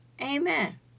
Amen